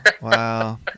wow